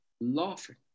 laughing